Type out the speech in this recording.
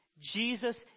Jesus